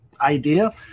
idea